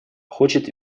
хочет